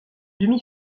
demi